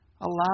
Allow